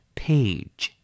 page